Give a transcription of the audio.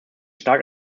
stark